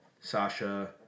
Sasha